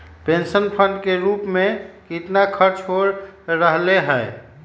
Pension fund के रूप में कितना खर्च हो रहले है?